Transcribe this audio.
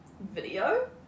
video